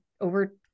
over